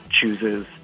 chooses